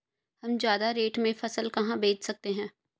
हम ज्यादा रेट में फसल कहाँ बेच सकते हैं?